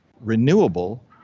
renewable